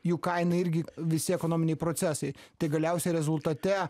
jų kaina irgi visi ekonominiai procesai tai galiausiai rezultate